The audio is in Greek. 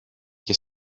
και